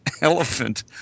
elephant